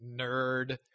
nerd